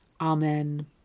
Amen